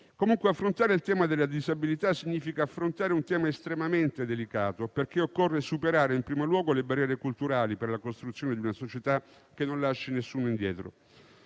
ancora. Affrontare il tema della disabilità significa trattare un tema estremamente delicato perché occorre superare, in primo luogo, le barriere culturali per la costruzione di una società che non lasci nessuno indietro.